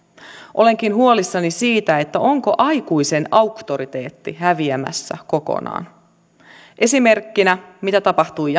olenkin huolissani siitä onko aikuisen auktoriteetti häviämässä kokonaan esimerkkinä se mitä tapahtui